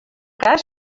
cas